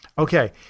Okay